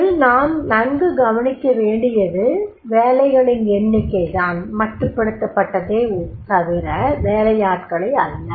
இதில் நாம் நன்கு கவனிக்கவேண்டியது வேலைகளின் எண்ணிக்கை தான் மட்டுப்படுத்தப் பட்டுள்ளதே தவிர வேலையாட்களை அல்ல